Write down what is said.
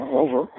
over